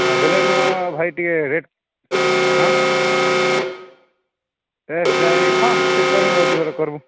ହଁ ଵଲେନୋ ହଁ ଭାଇ ଟିକେ ରେଟ୍ ହାଁ ଏସ୍ ଡାଇଭ୍ ହଁ ସ୍ପିକର୍ ହିଁ ବୁଝିକରି କରିବୁ